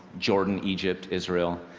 jordan, egypt, israel,